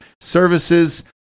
Services